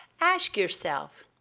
ask yourself,